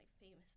famous